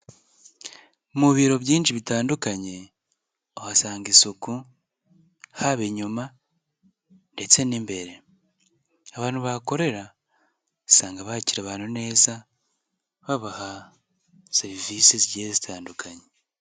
Mu biro byinshi bitandukanye, uhasanga isuku, haba inyuma ndetse n'imbere, abantu bahakorera usanga bakira abantu neza, babaha serivisi zigiye zitandukanye.